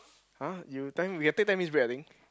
[huh] you tell him we can take ten minutes break I think